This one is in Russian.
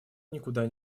никуда